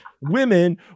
women